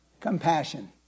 compassion